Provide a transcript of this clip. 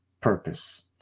purpose